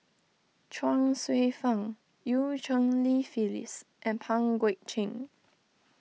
Chuang Hsueh Fang Eu Cheng Li Phyllis and Pang Guek Cheng